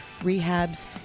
rehabs